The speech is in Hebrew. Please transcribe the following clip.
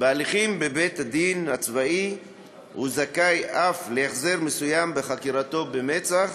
בהליכים בבית-הדין הצבאי הוא זכאי אף להחזר מסוים בחקירתו במצ"ח,